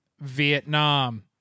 Vietnam